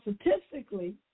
statistically